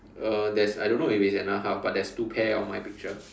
uh there's I don't know if it's another half but there's two pear on my picture